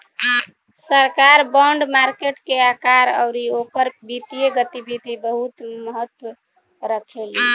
सरकार bond market के आकार अउरी ओकर वित्तीय गतिविधि बहुत महत्व रखेली